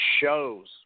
shows